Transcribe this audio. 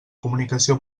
comunicació